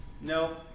No